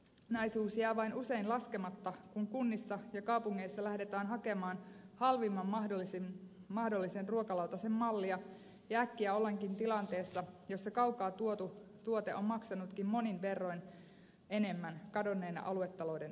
kokonaisuus vain jää usein laskematta kun kunnissa ja kaupungeissa lähdetään hakemaan halvimman mahdollisen ruokalautasen mallia ja äkkiä ollaankin tilanteessa jossa kaukaa tuotu tuote on maksanutkin monin verroin enemmän kadonneina aluetalouden euroina